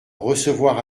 recevoir